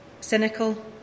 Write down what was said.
cynical